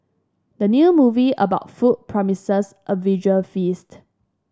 the new movie about food promises a visual feast